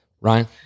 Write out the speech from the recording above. Ryan